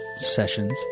Sessions